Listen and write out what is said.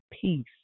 peace